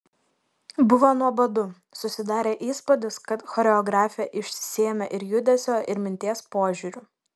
buvo nuobodu susidarė įspūdis kad choreografė išsisėmė ir judesio ir minties požiūriu